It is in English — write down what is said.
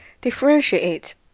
Differentiate